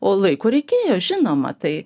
o laiko reikėjo žinoma tai